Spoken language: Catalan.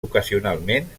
ocasionalment